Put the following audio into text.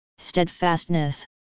Steadfastness